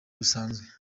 busanzwe